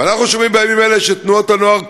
ואנחנו שומעים בימים האלה שתנועות הנוער קורסות,